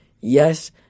yes